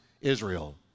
Israel